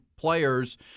players